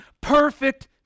perfect